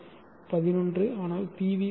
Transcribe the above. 11 ஆனால் PV ரூ